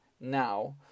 now